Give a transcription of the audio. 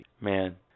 Man